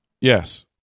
Yes